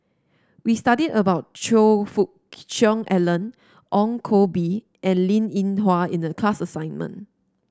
we study about Choe Fook Cheong Alan Ong Koh Bee and Linn In Hua in the class assignment